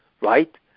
right